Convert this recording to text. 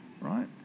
right